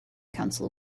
counsel